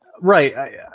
right